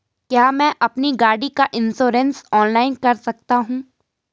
क्या मैं अपनी गाड़ी का इन्श्योरेंस ऑनलाइन कर सकता हूँ?